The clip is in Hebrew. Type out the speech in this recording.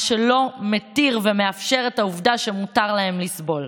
מה שלא מתיר ומאפשר את העובדה שמותר להם לסבול.